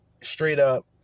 straight-up